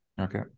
Okay